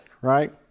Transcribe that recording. right